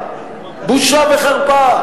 בושה וחרפה.